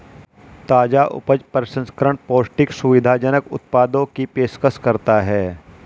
ताजा उपज प्रसंस्करण पौष्टिक, सुविधाजनक उत्पादों की पेशकश करता है